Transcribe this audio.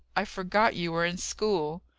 i forgot you were in school.